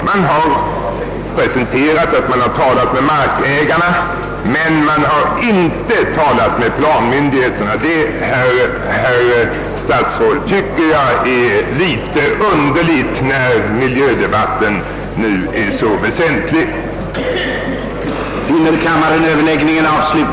Man framhåller att man talat med markägarna, men man har inte talat med planmyndigheterna. Jag tycker det är underligt, herr statsråd, i en tid då miliödebatten är så aktuell.